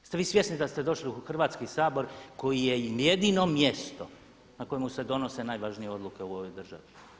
Jeste vi svjesni da ste došli u Hrvatski sabor koji je jedino mjesto na kojemu se donose najvažnije odluke u ovoj državi?